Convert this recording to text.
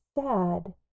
sad